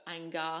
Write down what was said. anger